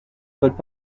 veulent